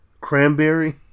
Cranberry